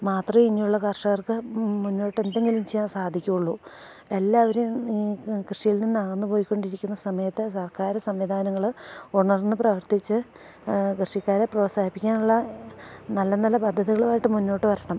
മാത്രമേ ഇനിയുള്ള കർഷകർക്ക് മുന്നോട്ടെന്തെങ്കിലും ചെയ്യാൻ സാധിക്കുകയുള്ളു എല്ലാവരും ഈ കൃഷിയിൽ നിന്നക്കന്ന് പോയിക്കൊണ്ടിരിക്കുന്ന സമയത്ത് സർക്കാർ സംവിധാനങ്ങൾ ഉണർന്നു പ്രവർത്തിച്ച് കൃഷിക്കാരെ പ്രോത്സാഹിപ്പിക്കാനുള്ള നല്ല നല്ല പദ്ധതികളുമായിട്ടുള്ള മുന്നോട്ടു വരണം